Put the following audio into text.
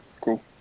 cool